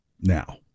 Now